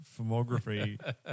filmography